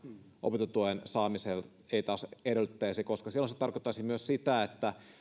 opintotuen saamiseen ei edellytettäisi sillä se tarkoittaisi myös sitä että